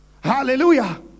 hallelujah